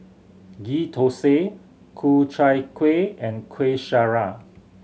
Ghee Thosai Ku Chai Kueh and Kueh Syara